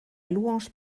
louange